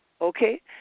Okay